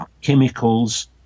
chemicals